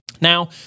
Now